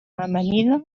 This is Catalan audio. amanida